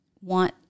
want